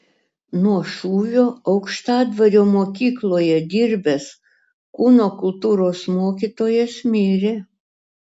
nuo šūvio aukštadvario mokykloje dirbęs kūno kultūros mokytojas mirė